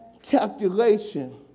calculation